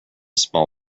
small